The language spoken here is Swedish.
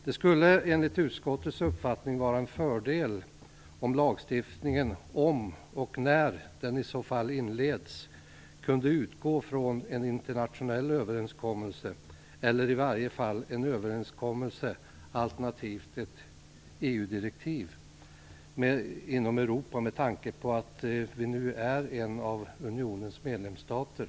Det skulle enligt utskottets uppfattning vara en fördel om lagstiftningen om och när den inleds kunde utgå från en internationell överenskommelse eller i varje fall ett EU-direktiv, med tanke på att vi nu är en av unionens medlemsstater.